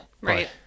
Right